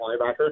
linebacker